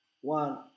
one